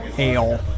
ale